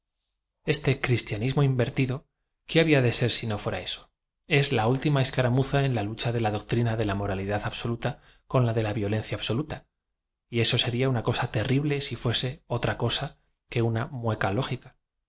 m o invertido qué había de ser ai no fuera eso es la últim a escaramuza en la lucha de la doctrioa de la moralidad absoluta cod la de la vio leqcia absoluta y eso seria una cosa terrible si fuese otra coa que una mueca lógica